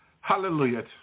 Hallelujah